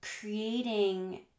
creating